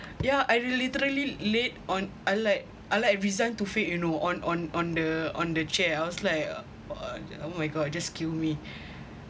yeah I literally laid on I like I like resigned to fate you know on on on the on the chair I was like oh my god just kill me